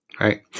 Right